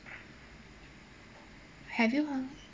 have you